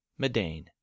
Medane